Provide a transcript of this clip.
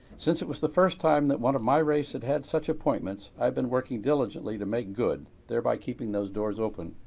since it was the first time that one of my race had had such appointments, i'd been working diligently to make good, thereby keeping those doors open.